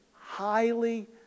highly